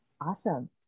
Awesome